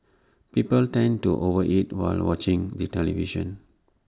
people tend to over eat while watching the television